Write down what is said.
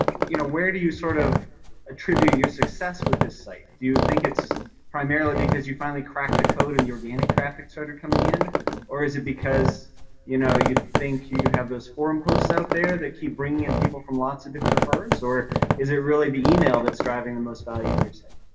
you know where do you sort of attribute your success with this site? do you think it's primarily because you finally cracked the code and your winning traffic started coming in or is it because you know you think you you have those forum posts out there that keep bringing and people in from lots of different forums or is it really the email that's driving the most value to your site?